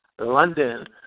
London